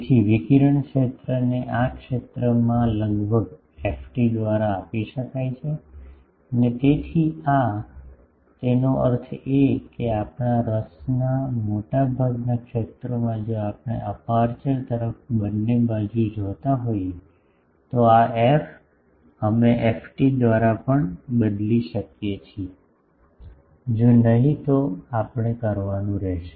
તેથી વિકિરણ ક્ષેત્રને આ ક્ષેત્રમાં લગભગ ft દ્વારા આપી શકાય છે અને તેથી આ તેનો અર્થ એ કે આપણા રસના મોટાભાગના ક્ષેત્રમાં જો આપણે અપેરચ્યોર તરફ બંને બાજુ જોતા હોઈએ તો આ એફ અમે ft દ્વારા પણ બદલી શકીએ છીએ જો નહીં તો આપણે કરવાનું રહેશે